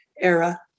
era